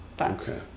Okay